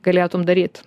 galėtum daryt